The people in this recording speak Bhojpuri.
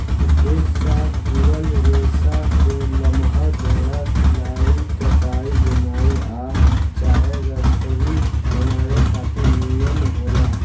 एक साथ जुड़ल रेसा के लमहर डोरा सिलाई, कढ़ाई, बुनाई आ चाहे रसरी बनावे खातिर निमन होला